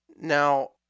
Now